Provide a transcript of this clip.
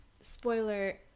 spoiler